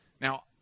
Now